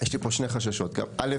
יש לי פה שני חששות, א'